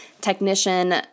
technician